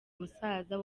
musaza